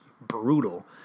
brutal